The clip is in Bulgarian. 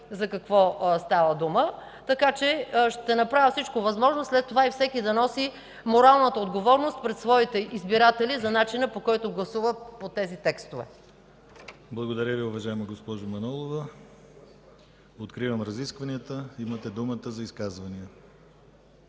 за какво става дума, така че ще направя всичко възможно след това и всеки да носи моралната отговорност пред своите избиратели за начина, по който гласува по тези текстове. ПРЕДСЕДАТЕЛ ДИМИТЪР ГЛАВЧЕВ: Благодаря Ви, уважаема госпожо Манолова. Откривам разискванията, имате думата за изказвания.